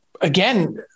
Again